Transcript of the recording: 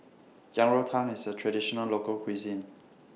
Yang Rou Tang IS A Traditional Local Cuisine